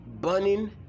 burning